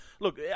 Look